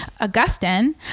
Augustine